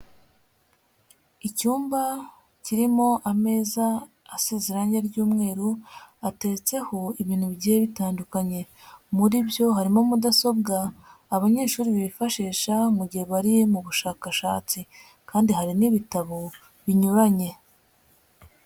Icyumba kirimo ameza asize irangi ry'umweru, ateretseho ibintu bigiye bitandukanye, muri byo harimo mudasobwa abanyeshuri bifashisha mu gihe bari mu bushakashatsi kandi hari n'ibitabo binyuranye.